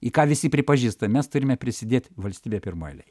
į ką visi pripažįsta mes turime prisidėt valstybė pirmoj eilėj